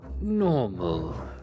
normal